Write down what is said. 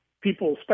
people